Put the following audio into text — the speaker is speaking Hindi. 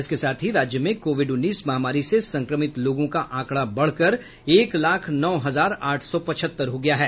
इसके साथ ही राज्य में कोविड उन्नीस महामारी से संक्रमित लोगों का आंकड़ा बढ़कर एक लाख नौ हजार आठ सौ पचहत्तर हो गया है